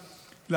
תודה.